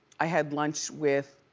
i had lunch with